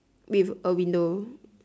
with a window